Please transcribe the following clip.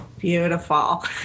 beautiful